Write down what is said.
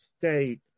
state